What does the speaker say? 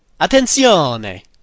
Attenzione